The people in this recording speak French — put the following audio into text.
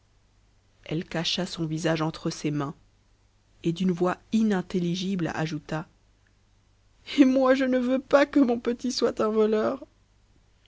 elle cacha son visage entre ses mains et d'une voix inintelligible ajouta et moi je ne veux pas que mon petit soit un voleur